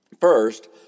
First